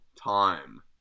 time